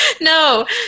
no